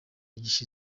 gishize